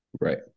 right